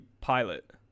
pilot